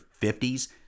50s